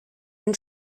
den